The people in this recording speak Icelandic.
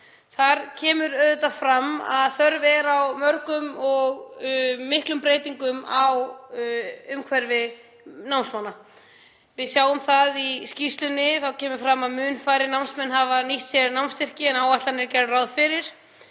Þar kemur fram að þörf er á mörgum og miklum breytingum á umhverfi námsmanna. Í skýrslunni kemur fram að mun færri námsmenn hafa nýtt sér námsstyrki en áætlanir gerðu ráð fyrir.